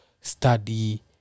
study